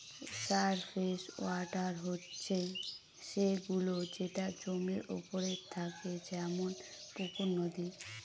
surface water হচ্ছে সে গুলো যেটা জমির ওপরে থাকে যেমন পুকুর, নদী